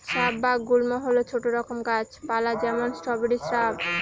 shrub বা গুল্ম হল ছোট রকম গাছ পালা যেমন স্ট্রবেরি শ্রাব